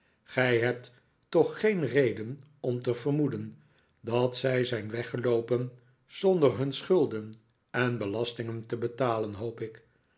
gij hebt toch geen reden om te vermoeden dat zij zijn weggeloopen zonder hun schulden en belastingen te betalen hoop ik